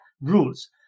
rules